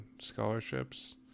scholarships